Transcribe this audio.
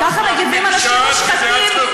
ככה מגיבים אנשים מושחתים,